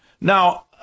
Now